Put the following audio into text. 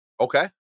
okay